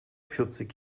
vierzig